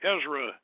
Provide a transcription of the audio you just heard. Ezra